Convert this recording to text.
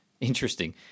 interesting